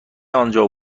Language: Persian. آنجا